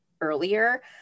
earlier